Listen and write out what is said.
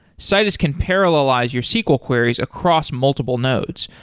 citus can parallelize your sql queries across multiple nodes,